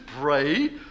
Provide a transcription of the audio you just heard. pray